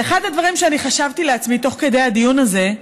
ואחד הדברים שאני חשבתי לעצמי תוך כדי הדיון הזה,